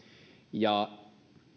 ja